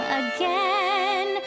again